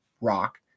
rock